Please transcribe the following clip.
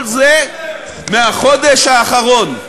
כל זה מהחודש האחרון.